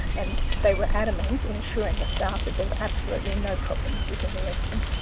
and they were adamant in assuring the staff that there's absolutelyno problems within the region.